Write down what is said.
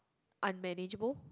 unmanageable